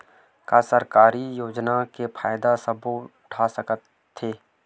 का सरकारी योजना के फ़ायदा सबो उठा सकथे?